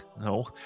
No